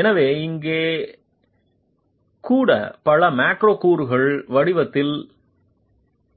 எனவே இங்கே கூட பல மேக்ரோ கூறுகளின் வடிவத்தில்